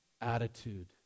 attitude